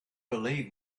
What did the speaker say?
believe